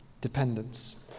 dependence